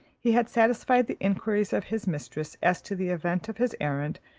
he had satisfied the inquiries of his mistress as to the event of his errand,